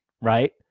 right